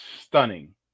stunning